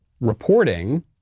reporting